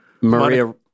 Maria